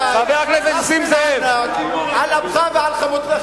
על אפך ועל חמתך,